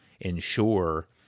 ensure